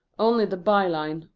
only the byline,